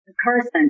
Carson